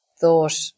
thought